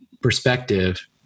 perspective